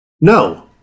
No